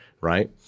right